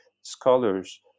scholars